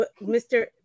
Mr